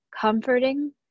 comforting